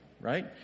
right